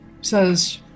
says